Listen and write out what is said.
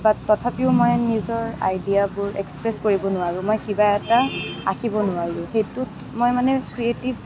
বাট তথাপিও মই নিজৰ আইডিয়াবোৰ এক্সপ্ৰেছ কৰিব নোৱাৰোঁ মই কিবা এটা আঁকিব নোৱাৰোঁ সেইটোত মই মানে ক্ৰিয়েটিভ